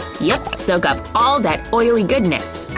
yep, soak up all that oily goodness!